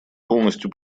полностью